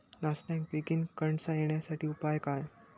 नाचण्याक बेगीन कणसा येण्यासाठी उपाय काय?